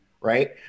right